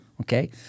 okay